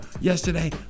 yesterday